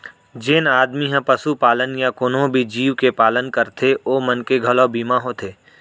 जेन आदमी ह पसुपालन या कोनों भी जीव के पालन करथे ओ मन के घलौ बीमा होथे